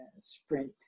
sprint